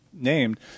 named